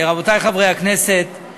רבותי חברי הכנסת,